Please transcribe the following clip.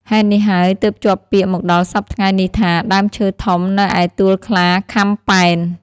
ហេតុនេះហើយទើបជាប់ពាក្យមកដល់សព្វថ្ងៃនេះថា ដើមឈើធំនៅឯទួលខ្លាខាំប៉ែន។